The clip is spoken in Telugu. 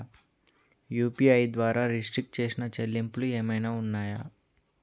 యు.పి.ఐ ద్వారా రిస్ట్రిక్ట్ చేసిన చెల్లింపులు ఏమైనా ఉన్నాయా?